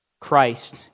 Christ